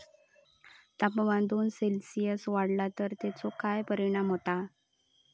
तापमान दोन सेल्सिअस वाढला तर तेचो काय परिणाम होता?